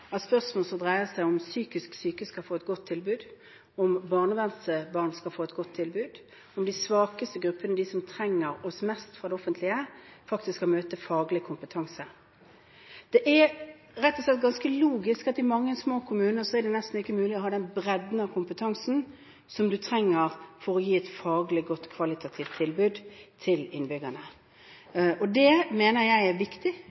av et spørsmål som dreier seg om psykisk syke skal få et godt tilbud, om barnevernsbarn skal få et godt tilbud, om de svakeste gruppene – de som trenger det offentlige mest – faktisk skal møte faglig kompetanse. Det er rett og slett ganske logisk at det i mange små kommuner nesten ikke er mulig å ha den bredden av kompetanse som du trenger for å gi et faglig og kvalitativt godt tilbud til innbyggerne. Det mener jeg er viktig.